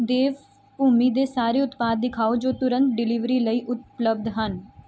ਦੇਵਭੂਮੀ ਦੇ ਸਾਰੇ ਉਤਪਾਦ ਦਿਖਾਓ ਜੋ ਤੁਰੰਤ ਡਲੀਵਰੀ ਲਈ ਉਪਲਬਧ ਹਨ